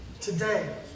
today